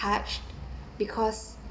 touched because